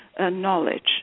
Knowledge